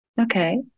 Okay